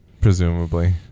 presumably